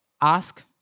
ask